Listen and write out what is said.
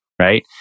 right